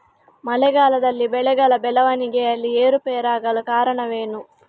ಮಳೆಗಾಲದಲ್ಲಿ ಬೆಳೆಗಳ ಬೆಳವಣಿಗೆಯಲ್ಲಿ ಏರುಪೇರಾಗಲು ಕಾರಣವೇನು?